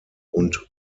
und